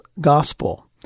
gospel